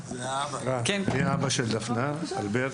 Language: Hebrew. אבא של דפנה, אלברט,